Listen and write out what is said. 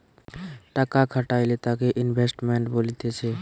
টাকা খাটাইলে তাকে ইনভেস্টমেন্ট বলতিছে